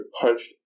punched